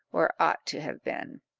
or ought to have been.